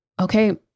okay